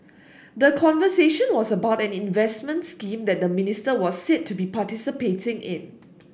the conversation was about an investment scheme that the minister was said to be participating in